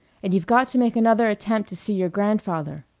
and you've got to make another attempt to see your grandfather.